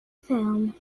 film